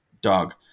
dog